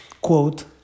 quote